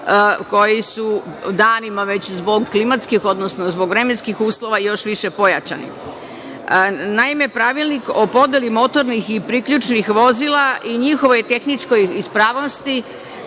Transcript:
koji su danima već zbog klimatskih, odnosno zbog vremenskih uslova, još više pojačani. Naime, Pravilnik o podeli motornih i priključnih vozila i njihovoj tehničkoj ispravnosti